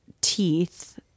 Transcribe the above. teeth